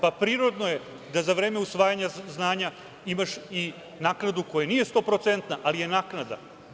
Prirodno je da za vreme usvajanja znanja imaš i naknadu koja nije stoprocentna, ali je naknada.